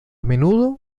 menudo